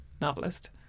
novelist